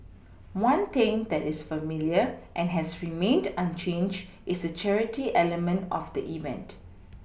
one thing that is familiar and has remained unchanged is the charity element of the event